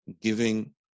giving